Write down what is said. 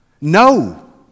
No